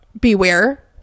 beware